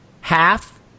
half